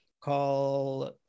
call